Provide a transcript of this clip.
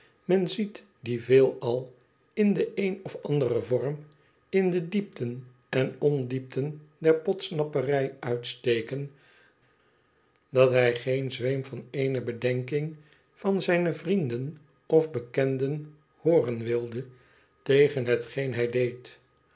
men ziet dien veelal in den een of anderen vorm in de diepten en ondiepten der podsnapperij uitsteken dat hij geen zweem van eene bedenking van zijne vrienden of bekenden hooren wilde tegen hetgeen hij deed